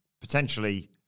potentially